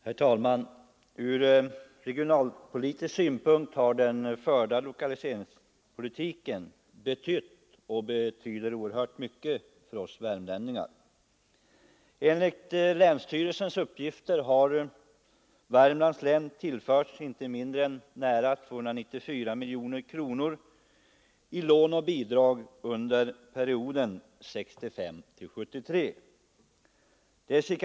Herr talman! Ur regionalpolitisk synpunkt har den förda lokaliseringspolitiken betytt och betyder oerhört mycket för oss värmlänningar. Enligt länsstyrelsens uppgifter har Värmlands län tillförts inte mindre än nära 294 miljoner kronor i lån och bidrag under perioden 1965 till 1973.